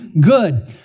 good